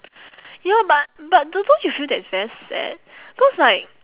ya but but do~ don't you feel that it's very sad cause like